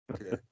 Okay